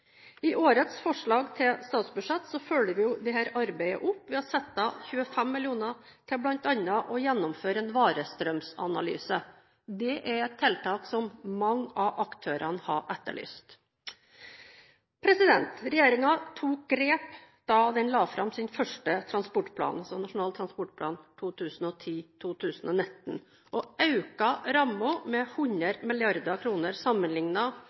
I årets forslag til statsbudsjett følger vi opp dette arbeidet ved å sette av 25 mill. kr til bl.a. å gjennomføre en varestrømsanalyse. Det er tiltak som mange av aktørene har etterlyst. Regjeringen tok grep da den la fram sin første transportplan, NTP 2010–2019, og økte rammen med 100